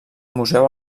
museu